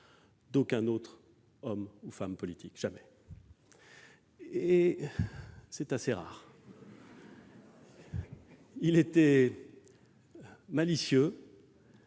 d'aucun autre homme ou femme politique. Jamais ! Et c'est assez rare ! Il était malicieux,